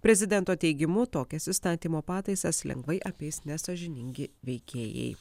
prezidento teigimu tokias įstatymo pataisas lengvai apeis nesąžiningi veikėjai